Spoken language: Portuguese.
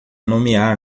nomear